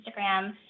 Instagram